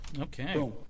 Okay